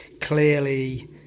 clearly